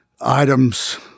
items